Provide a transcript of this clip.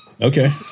Okay